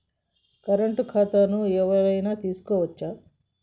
Current ఖాతాను ఎవలైనా తీసుకోవచ్చా?